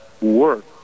work